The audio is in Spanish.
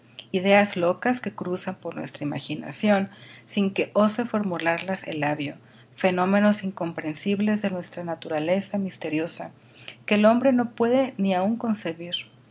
ideas locas que cruzan por nuestra imaginación sin que ose formularlas el labio fenómenos incomprensibles de nuestra naturaleza misteriosa que el hombre no puede ni áun concebir